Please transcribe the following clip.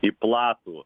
į platų